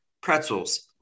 pretzels